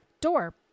door